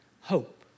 hope